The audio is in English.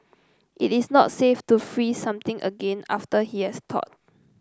it is not safe to freeze something again after he has thawed